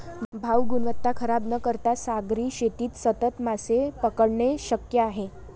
भाऊ, गुणवत्ता खराब न करता सागरी शेतीत सतत मासे पकडणे शक्य आहे